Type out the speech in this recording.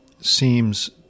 seems